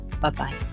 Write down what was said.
bye-bye